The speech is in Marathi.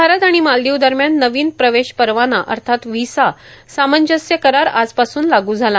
भारत आणि मालदीव दरम्यान नवीन प्रवेशपरवाना अर्थात व्हिसा सामंजस्य करार आजपासून लागू झाला